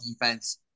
defense